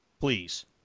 Please